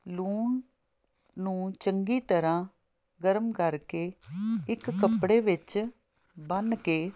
ਲੂਣ ਨੂੰ ਚੰਗੀ ਤਰ੍ਹਾਂ ਗਰਮ ਕਰਕੇ ਇੱਕ ਕੱਪੜੇ ਵਿੱਚ ਬੰਨ੍ਹ ਕੇ